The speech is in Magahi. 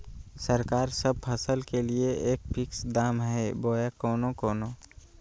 सरकार सब फसल के लिए एक फिक्स दाम दे है बोया कोनो कोनो?